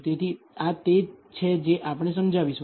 તેથી આ તે છે જે આપણે સમજાવીશું